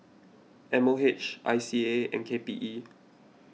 M O H I C A and K P E